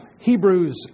Hebrews